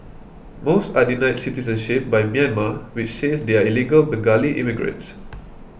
most are denied citizenship by Myanmar which says they are illegal Bengali immigrants